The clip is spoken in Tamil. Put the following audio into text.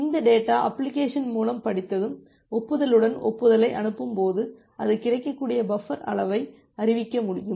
இந்தத் டேட்டா அப்ளிகேஷன் மூலம் படித்ததும் ஒப்புதலுடன் ஒப்புதலை அனுப்பும்போது அது கிடைக்கக்கூடிய பஃபர் அளவை அறிவிக்க முடியும்